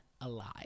alive